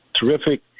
terrific